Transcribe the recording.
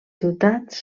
ciutats